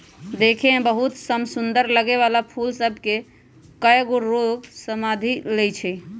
देखय में बहुते समसुन्दर लगे वला फूल सभ के सेहो कएगो रोग सभ ध लेए छइ